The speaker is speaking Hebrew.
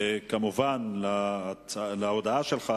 להודעה שלך,